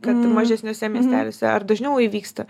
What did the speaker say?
kad mažesniuose miesteliuose ar dažniau įvyksta